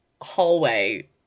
hallway